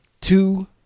Two